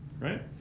right